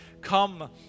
Come